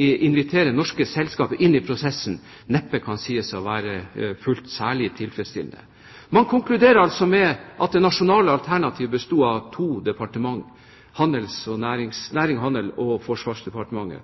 invitere norske selskaper inn i prosessen neppe kan sies å være fulgt i særlig tilfredsstillende grad. Man konkluderer altså med at det nasjonale alternativet besto av to departement, Nærings- og handelsdepartementet og Forsvarsdepartementet,